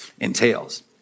entails